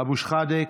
אבו שחאדה,